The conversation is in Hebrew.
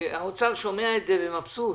האוצר שומע את זה ומבסוט.